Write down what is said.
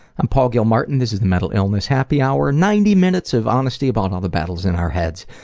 i'm paul gilmartin, this is the mental illness happy hour, ninety minutes of honesty about all the battles in our heads,